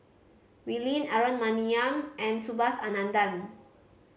Wee Lin Aaron Maniam and Subhas Anandan